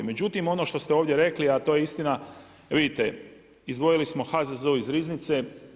Međutim, ono što ste ovdje rekli, a to je istina, vidite izdvojili smo HZZO iz riznice.